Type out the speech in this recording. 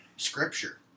Scripture